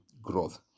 growth